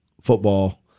football